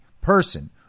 person